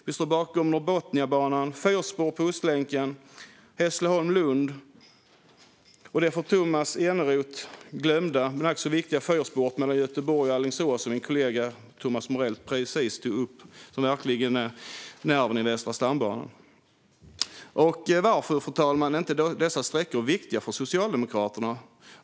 Vi står bakom Norrbotniabanan och fyrspår på Ostlänken, Hässleholm-Lund och det för Tomas Eneroth glömda men ack så viktiga fyrspåret mellan Göteborg och Alingsås, som min kollega Thomas Morell nyss tog upp, som verkligen är nerven på Västra stambanan. Varför, fru talman, är dessa sträckor inte viktiga för Socialdemokraterna?